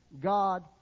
God